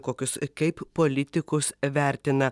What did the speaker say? kokius kaip politikus vertina